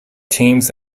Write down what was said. teams